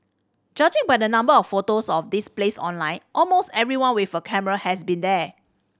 judging by the number of photos of this place online almost everyone with a camera has been here